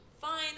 fine